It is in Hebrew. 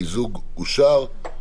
המיזוג אושר.